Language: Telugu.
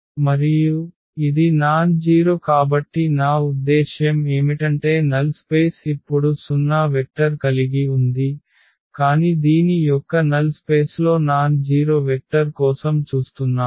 మరియు ఇది నాన్ జీరొ కాబట్టి నా ఉద్దేశ్యం ఏమిటంటే నల్ స్పేస్ ఇప్పుడు 0 వెక్టర్ కలిగి ఉంది కాని దీని యొక్క నల్ స్పేస్లో నాన్ జీరొ వెక్టర్ కోసం చూస్తున్నాము